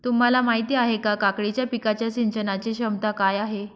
तुम्हाला माहिती आहे का, काकडीच्या पिकाच्या सिंचनाचे क्षमता काय आहे?